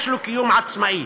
יש לו קיום עצמאי